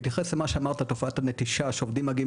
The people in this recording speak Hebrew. בהתייחס למה שאמרת תופעת הנטישה שעובדים מגיעים